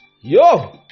Yo